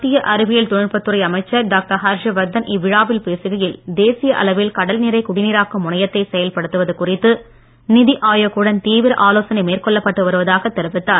மத்திய அறிவியல் தொழில்நுட்பத் துறை அமைச்சர் டாக்டர் ஹர்ஷ்வர்தன் இவ்விழாவில் பேசுகையில் தேசிய அளவில் கடல் நீரை குடிநீராக்கும் முனையத்தை செயல்படுத்துவது குறித்து நிதி ஆயோக் உடன் தீவிர ஆலோசனை மேற்கொள்ளப்பட்டு வருவதாக தெரிவித்தார்